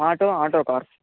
auto auto car